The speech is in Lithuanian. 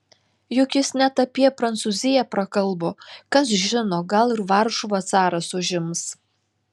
juk jis net apie prancūziją prakalbo kas žino gal ir varšuvą caras užims